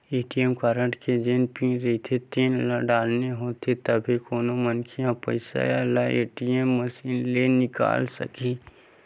ATM card के जेन pin रहिथे तेन ल डालना होथे तभे कोनो मनखे ह पइसा ल ए.टी.एम मसीन ले निकाले सकही